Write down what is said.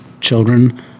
children